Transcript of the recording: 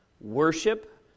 worship